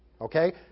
okay